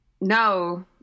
no